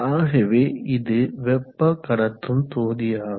ஆகவே அது வெப்ப கடத்தும் தொகுதியாகும்